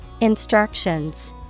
Instructions